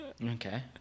Okay